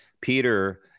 Peter